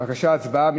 בבקשה, הצבעה.